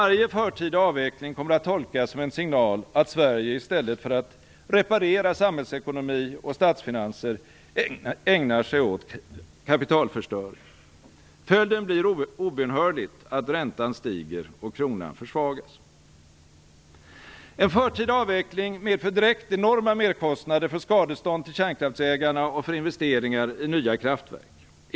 Varje förtida avveckling kommer att tolkas som en signal att Sverige i stället för att reparera samhällsekonomi och statsfinanser ägnar sig åt kapitalförstöring. Följden blir obönhörligt att räntan stiger och kronan försvagas. En förtida avveckling medför direkt enorma merkostnader för skadestånd till kärnkraftsägarna och för investeringar i nya kraftverk.